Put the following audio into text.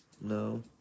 No